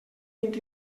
vint